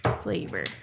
flavor